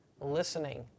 listening